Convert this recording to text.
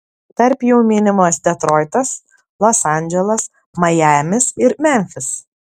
tarp jų minimas detroitas los andželas majamis ir memfis